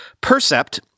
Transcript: percept